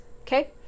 Okay